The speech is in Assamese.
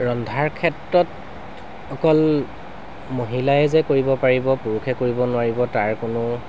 ৰন্ধাৰ ক্ষেত্ৰত অকল মহিলাই যে কৰিব পাৰিব পুৰুষে কৰিব নোৱাৰিব তাৰ কোনো